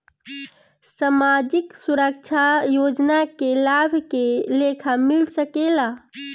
सामाजिक सुरक्षा योजना के लाभ के लेखा मिल सके ला?